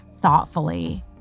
thoughtfully